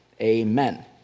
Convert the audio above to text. amen